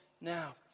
now